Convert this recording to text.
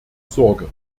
sorge